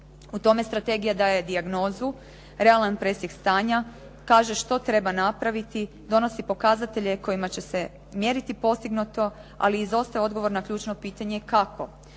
U tome strategija daje dijagnozu, realan presjek stanja, kaže što treba napraviti, donosi pokazatelje kojima će se mjeriti postignuto, ali izostaje odgovor na ključno pitanje kako.